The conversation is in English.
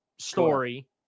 Story